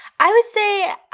i would say.